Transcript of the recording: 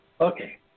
Okay